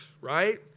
right